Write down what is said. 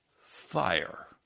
fire